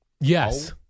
Yes